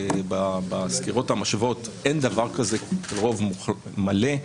בסקירות המשוות - אין דבר כזה רוב מלא.